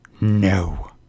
No